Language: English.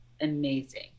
amazing